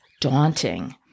daunting